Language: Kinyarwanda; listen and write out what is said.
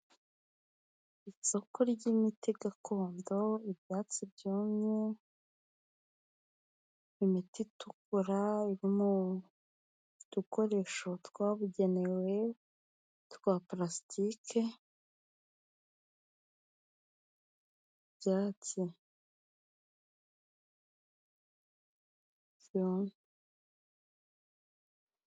Isoko ryimiti gakondo, ibyatsi byumye, imiti itukura, harimo udukoresho twabugenewe twa pulasitike, ibyatsi byumye.